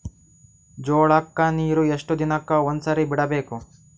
ಜೋಳ ಕ್ಕನೀರು ಎಷ್ಟ್ ದಿನಕ್ಕ ಒಂದ್ಸರಿ ಬಿಡಬೇಕು?